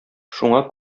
шуңа